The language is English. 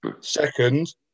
second